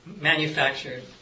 manufactured